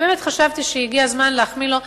ובאמת חשבתי שהגיע הזמן להחמיא לו,